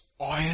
oil